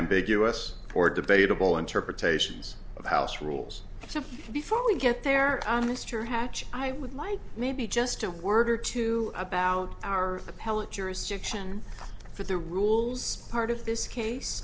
ambiguous port debatable interpretations of house rules so before we get there mr hatch i would like maybe just a word or two about our appellate jurisdiction for the rules part of this case